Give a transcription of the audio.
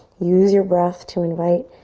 use your breath to invite